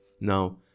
Now